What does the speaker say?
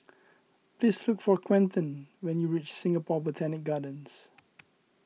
please look for Quentin when you reach Singapore Botanic Gardens